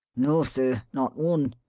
no, sir not one.